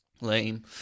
lame